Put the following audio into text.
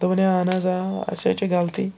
دوٚپُن ہے اَہن حظ آ اَسہِ حظ چھِ غلطی